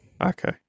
Okay